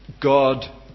God